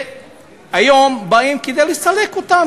והיום באים לסלק אותם,